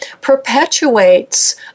perpetuates